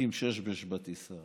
שמשחקים שש-בש בטיסה.